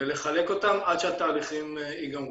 ולחלק אותם עד שהתהליכים ייגמרו.